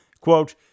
quote